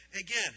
Again